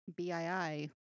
BII